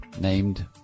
named